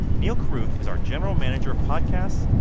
neal carruth is our general manager of podcasts.